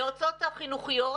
היועצת החינוכיות,